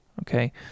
okay